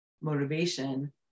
motivation